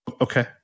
okay